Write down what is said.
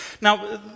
Now